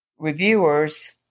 Reviewers